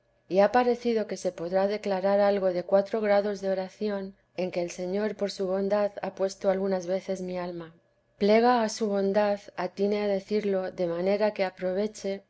y ha parecido que se podrá declarar algo de cuatro grados de oración en que el señor por su bondad ha puesto algunas veces mi alma plega a su bondad atine a decirlo de manera que aproveche